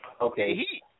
Okay